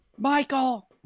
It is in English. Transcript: Michael